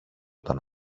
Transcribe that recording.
τον